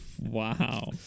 Wow